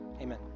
Amen